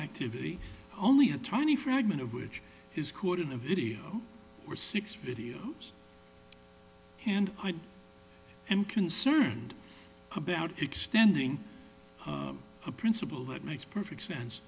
activity only a tiny fragment of which is caught in a video or six videos and i am concerned about extending a principle that makes perfect sense